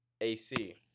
AC